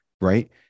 right